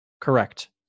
Correct